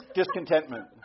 discontentment